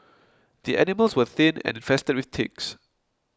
the animals were thin and infested with ticks